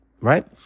right